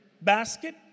basket